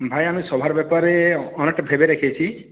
ভাই আমি সভার ব্যাপারে অনেকটা ভেবে রেখেছি